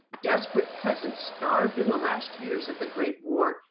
desperate peasants, starved in the last years of the great war,